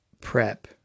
prep